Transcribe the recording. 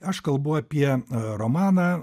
aš kalbu apie romaną